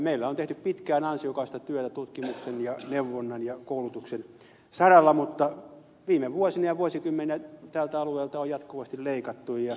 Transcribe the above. meillä on tehty pitkään ansiokasta työtä tutkimuksen neuvonnan ja koulutuksen saralla mutta viime vuosina ja vuosikymmeninä tältä alueelta on jatkuvasti leikattu